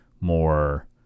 more